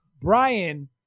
Brian